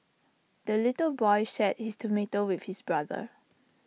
the little boy shared his tomato with his brother